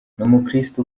umukristu